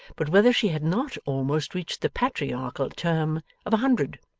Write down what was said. but whether she had not almost reached the patriarchal term of a hundred.